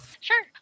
Sure